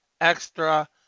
extra